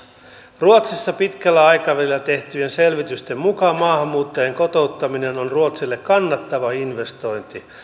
ruotsissa pitkällä aikavälillä tehtyjen selvitysten mukaan maahanmuuttajien kotouttaminen on ruotsille kannattava investointi